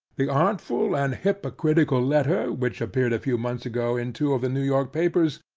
the artful and hypocritical letter which appeared a few months ago in two of the new york papers,